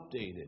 updated